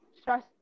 stress